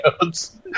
codes